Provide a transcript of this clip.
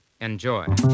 enjoy